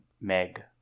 meg